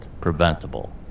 preventable